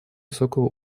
высокого